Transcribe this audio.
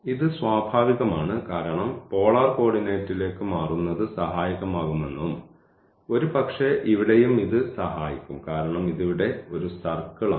ഇത് സ്വാഭാവികമാണ് കാരണം പോളാർ കോർഡിനേറ്റിലേക്ക് മാറുന്നത് സഹായകമാകുമെന്നും ഒരുപക്ഷേ ഇവിടെയും ഇത് സഹായിക്കും കാരണം ഇത് ഇവിടെ ഒരു സർക്കിൾ ആണ്